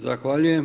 Zahvaljujem.